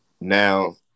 Now